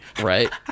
right